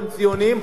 והם ציונים,